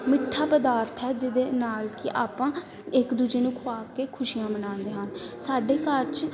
ਮਿੱਠਾ ਪਦਾਰਥ ਹੈ ਜਿਹਦੇ ਨਾਲ ਕਿ ਆਪਾਂ ਇੱਕ ਦੂਜੇ ਨੂੰ ਖਵਾ ਕੇ ਖੁਸ਼ੀਆਂ ਮਨਾਉਂਦੇ ਹਨ ਸਾਡੇ ਘਰ 'ਚ